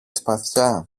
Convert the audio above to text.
σπαθιά